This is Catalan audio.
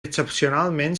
excepcionalment